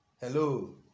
Hello